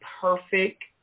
perfect